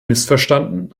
missverstanden